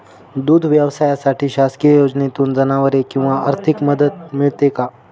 दूध व्यवसायासाठी शासकीय योजनेतून जनावरे किंवा आर्थिक मदत मिळते का?